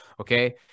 okay